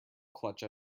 clutch